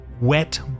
wet